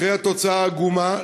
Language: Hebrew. אחרי התוצאה העגומה,